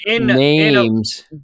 names